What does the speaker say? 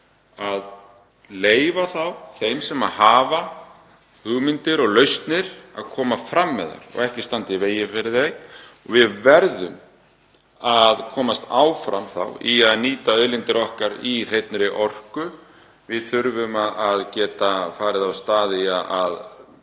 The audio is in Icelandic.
að leyfa þeim sem hafa hugmyndir og lausnir að koma fram með þær og ekki standa í vegi fyrir þeim. Við verðum að komast áfram þá í að nýta auðlindir okkar í hreinni orku. Við þurfum að geta farið af stað með